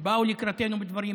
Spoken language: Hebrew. הם באו לקראתנו בדברים,